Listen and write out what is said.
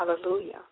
hallelujah